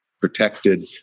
protected